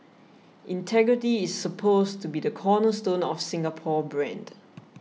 integrity is supposed to be the cornerstone of the Singapore brand